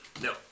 No